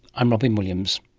i'm robyn williams